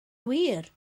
wir